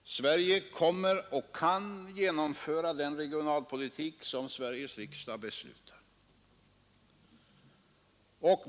Sverige kan — och kommer att — genomföra den regionalpolitik som Sveriges riksdag beslutar.